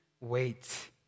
wait